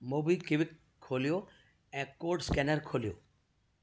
MobiKwik खोलियो ऐं code scanner खोलियो